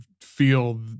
feel